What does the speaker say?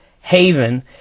haven